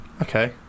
Okay